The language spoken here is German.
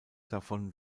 davon